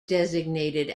designated